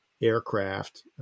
aircraft